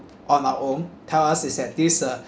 on our own tell us is at this uh